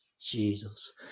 Jesus